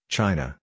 China